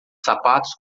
sapatos